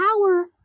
power